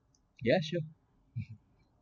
yes sure